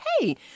hey